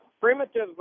primitive